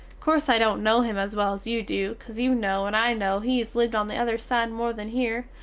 corse i dont no him as well as you do, caus you no and i no he has lived on the other side more than hear,